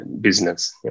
business